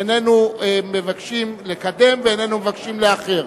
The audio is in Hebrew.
איננו מבקשים לקדם ואיננו מבקשים לאחר,